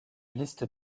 liste